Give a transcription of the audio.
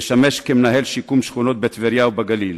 לשמש מנהל שיקום שכונות בטבריה ובגליל.